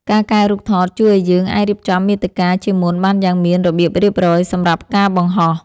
ការកែរូបថតជួយឱ្យយើងអាចរៀបចំមាតិកាជាមុនបានយ៉ាងមានរបៀបរៀបរយសម្រាប់ការបង្ហោះ។